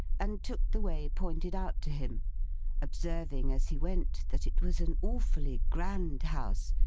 and took the way pointed out to him observing as he went that it was an awfully grand house,